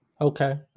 Okay